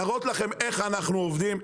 להראות לכם איך אנחנו עובדים,